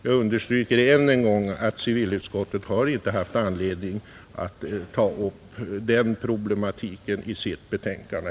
Jag understryker än en gång att civilutskottet inte har haft anledning att ta upp den problematiken i sitt betänkande.